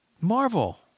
Marvel